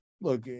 look